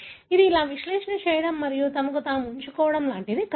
ఇది ఈ విశ్లేషణ చేయడం మరియు తమను తాము ఉంచుకోవడం లాంటిది కాదు